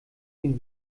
den